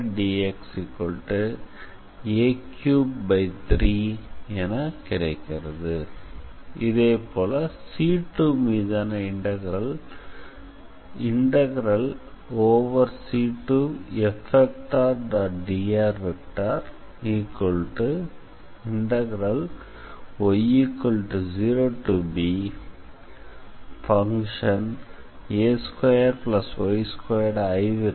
C2மீதான integral இதைப்போலவே c2F